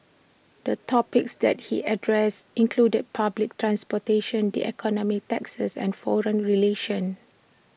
the topics that he addressed included public transportation the economy taxes and foreign relations